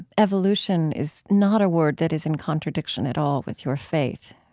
evolution is not a word that is in contradiction at all with your faith.